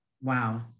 Wow